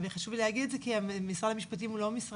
חשוב לי לומר את זה כי משרד המשפטים הוא לא משרד